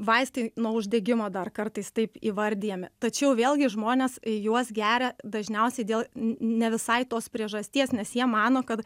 vaistai nuo uždegimo dar kartais taip įvardijami tačiau vėlgi žmonės juos geria dažniausiai dėl ne visai tos priežasties nes jie mano kad